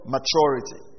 Maturity